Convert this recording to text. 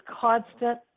constant